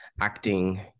acting